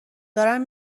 دارم